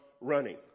running